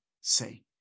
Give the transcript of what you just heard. say